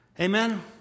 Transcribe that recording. Amen